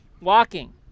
Walking